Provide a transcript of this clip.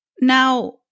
Now